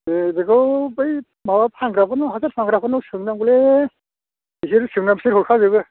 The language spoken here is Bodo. ए बेखौ बै माबा फानग्राफोरनाव हासार फानग्राफोरनाव सोंनांगौलै बिसोर सोंनानै बिसोर हरखाजोबो